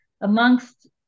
amongst